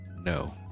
No